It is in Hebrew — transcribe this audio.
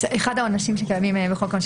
אחד העונשים שקיימים היום בחוק העונשין